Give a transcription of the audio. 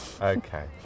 Okay